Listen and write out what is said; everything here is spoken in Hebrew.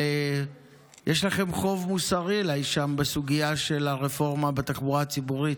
אבל יש לכם חוב מוסרי בסוגיה של הרפורמה בתחבורה הציבורית,